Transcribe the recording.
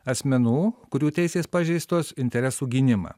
asmenų kurių teisės pažeistos interesų gynimą